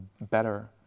better